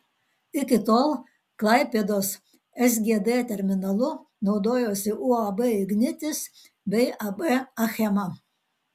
iki tol klaipėdos sgd terminalu naudojosi uab ignitis bei ab achema